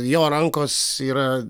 jo rankos yra